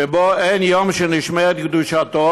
שבו אין יום שנשמרת קדושתו,